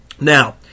Now